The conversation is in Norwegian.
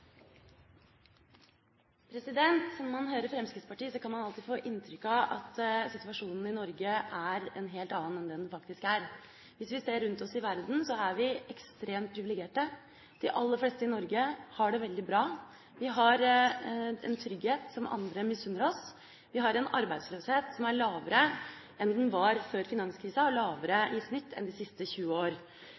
man hører Fremskrittspartiet, kan man alltid få inntrykk av at situasjonen i Norge er en helt annen enn det den faktisk er. Hvis vi ser rundt oss i verden, ser vi at vi er ekstremt privilegerte. De aller fleste i Norge har det veldig bra. Vi har en trygghet som andre misunner oss. Vi har en arbeidsløshet som er lavere enn den var før finanskrisa, og lavere i snitt enn i de siste 20 år.